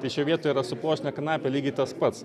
tai šioj vietoj yra su pluoštine kanape lygiai tas pats